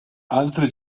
altri